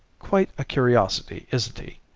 quite a curiosity, isn't he?